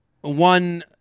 one